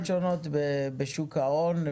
שלום לכולם,